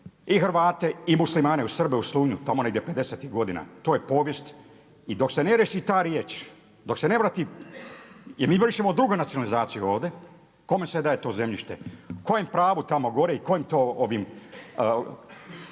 i Hrvate i Muslimane i Srbe u Slunju tamo negdje pedesetih godina. To je povijest. I dok se ne riješi ta riječ, dok se ne vrati i mi vršimo drugu nacionalizaciju ovdje. Kome se daje to zemljište, kojem pravu tamo gore i kojim to ovim,